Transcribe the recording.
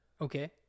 okay